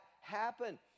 happen